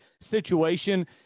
situation